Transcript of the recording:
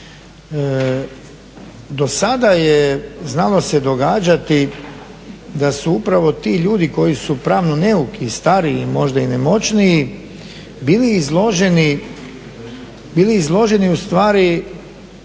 Dosada je znalo se događati da su upravo ti ljudi koji su pravno neuki, stariji možda i nemoćniji bili izloženi ustvari